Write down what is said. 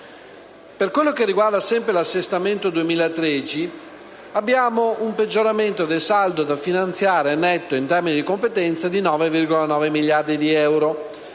Per quanto riguarda sempre l'assestamento del 2013, vi è un peggioramento del saldo netto da finanziare in termini di competenza di 9,9 miliardi di euro,